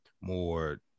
more